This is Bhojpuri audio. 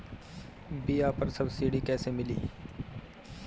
बीया पर सब्सिडी कैसे मिली?